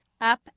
Up